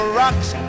rocks